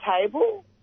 table